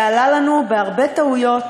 זה עלה לנו בהרבה טעויות,